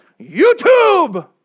YouTube